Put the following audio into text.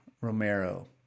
Romero